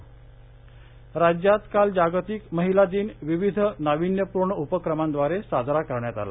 व्हॉईसंकास्ट राज्यात काल जागतिक महिला दिन विविध नाविन्यपूर्ण उपक्रमांद्वारे साजरा करण्यात आला